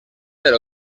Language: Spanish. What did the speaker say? del